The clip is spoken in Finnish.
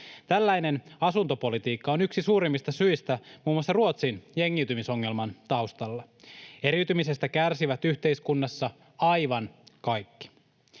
Tällainen asuntopolitiikka on yksi suurimmista syistä muun muassa Ruotsin jengiytymisongelman taustalla. Eriytymisestä kärsivät yhteiskunnassa aivan kaikki.